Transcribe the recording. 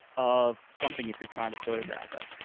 of something if you're trying to photograph it.